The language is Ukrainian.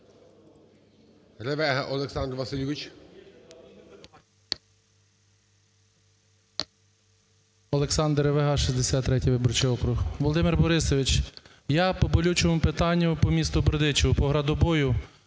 ОлександрРевега, 63 виборчий округ. Володимир Борисович, я по болючому питанню по місту Бердичеву, по градобою.